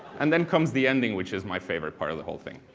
and then comes the ending, which is my favorite part of the whole thing